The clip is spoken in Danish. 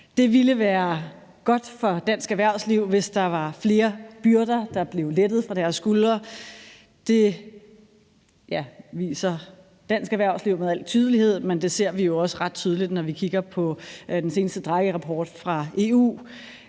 Det ville være godt for dansk erhvervsliv, hvis der var flere byrder, der blev lettet fra deres skuldre. Det viser dansk erhvervsliv med al tydelighed, men det ser vi jo også ret tydeligt, når vi kigger på den seneste Draghirapport fra EU: